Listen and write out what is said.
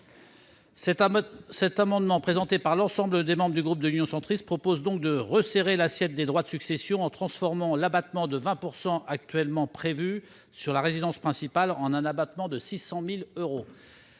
Cet amendement, présenté par l'ensemble des membres de notre groupe, vise à resserrer l'assiette des droits de succession en transformant l'abattement de 20 % actuellement prévu sur la valeur de la résidence principale en un abattement de 600 000 euros.